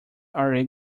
aare